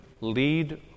lead